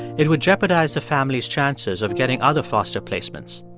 it would jeopardize the family's chances of getting other foster placements.